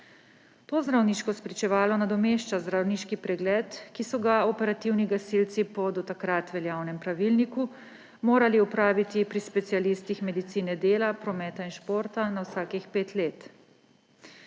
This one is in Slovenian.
To zdravniško spričevalo nadomešča zdravniški pregled, ki so ga operativni gasilci po do takrat veljavnem pravilniku morali opraviti pri specialistih medicine dela, prometa in športa na vsakih pet let.